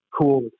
cool